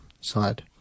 side